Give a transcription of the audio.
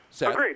Agreed